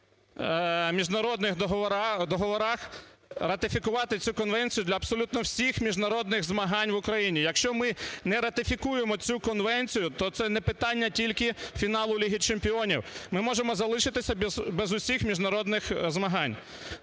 міжнародних договорах ратифікувати цю конвенцію для абсолютно всіх міжнародних змагань в Україні. Якщо ми не ратифікуємо цю конвенцію, то це не питання тільки фіналу Ліги Чемпіонів, ми можемо залишитися без усіх міжнародних змагань.